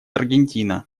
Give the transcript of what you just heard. аргентина